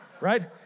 right